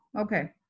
okay